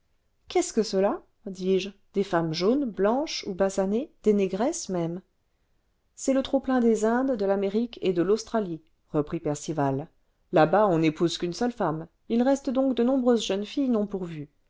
qu'est-ce que cela dis-je des femmes jaunes blanches on basanées des négresses même c'est le trop-plein des indes de l'amérique et de l'australie reprit grand arrivage d epouses aux docks percival là-bas on n'épouse qu'une seule femme il reste donc de nombreuses jeunes filles non pourvues